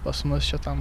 pas mus šitam